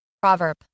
Proverb